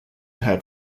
had